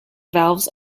valves